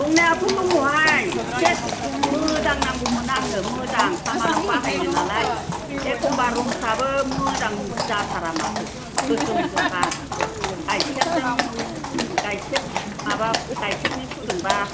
दंनायाथ' दङ हाय एसे मोजां नांगौमोन आंनो मोजां खामान्नाव बाहायनो नालाय एखनबा रंफ्राबो मोजां जाथारा माथो गोसोम गोफा गायखेरजों गायखेर माबा गायखेरनि फुदुंबा